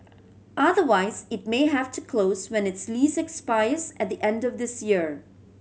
otherwise it may have to close when its lease expires at the end of this year